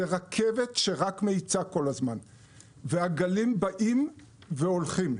זו רכבת שרק מאיצה כל הזמן והגלים באים והולכים.